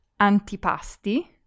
antipasti